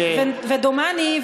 ודומני,